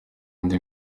indi